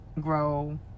grow